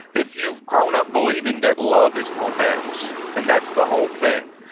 if you've grown up believing that love is romance, and that's the whole thing,